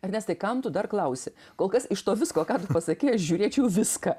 ernestai kam tu dar klausi kol kas iš to visko ką tu pasakei aš žiūrėčiau viską